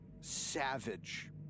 savage